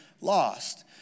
lost